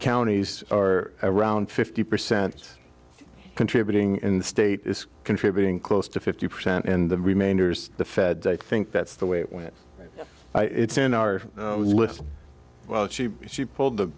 counties are around fifty percent contributing in the state is contributing close to fifty percent in the remainders the feds think that's the way it went it's in our list well she she pulled the